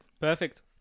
Perfect